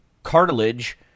Cartilage